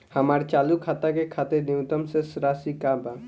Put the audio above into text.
हमार चालू खाता के खातिर न्यूनतम शेष राशि का बा?